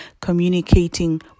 communicating